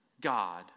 God